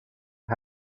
کرد